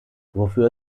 wofür